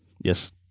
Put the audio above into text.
yes